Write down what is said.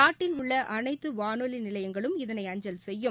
நாட்டில் உள்ள அனைத்து வானொலி நிலையங்களும் இதனை அஞ்சல் செய்யும்